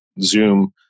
Zoom